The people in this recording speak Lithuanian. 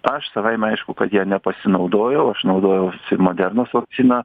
aš savaime aišku kad ja nepasinaudojau aš naudojausi modernos vakcina